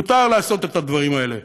מותר לעשות את הדברים האלה,